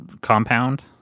compound